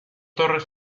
torres